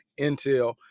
intel